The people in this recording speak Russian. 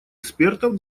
экспертов